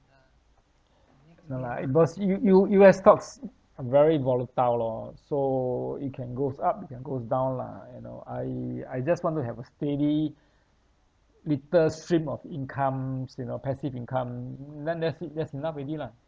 no lah is because U~ U~ U_S stocks are very volatile lor so it can goes up it can goes down lah you know I I just want to have a steady little stream of incomes you know passive income then that's that's enough already lah